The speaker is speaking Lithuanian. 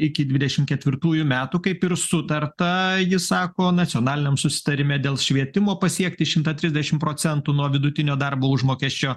iki dvidešim ketvirtųjų metų kaip ir sutarta ji sako nacionaliniam susitarime dėl švietimo pasiekti šimtą trisdešim procentų nuo vidutinio darbo užmokesčio